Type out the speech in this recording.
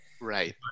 Right